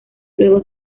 luego